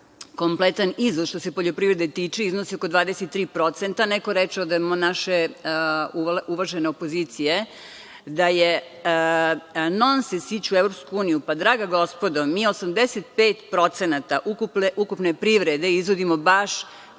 kompletan iznos što se poljoprivrede tiče iznosi oko 23%, neko reče od naše uvažene opozicije da je nonsens ići u EU. Pa, draga gospodo, mi 85% ukupne privrede izvozimo baš